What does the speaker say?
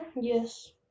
Yes